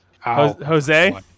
Jose